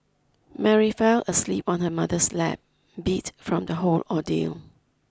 Mary fell asleep on her mother's lap beat from the whole ordeal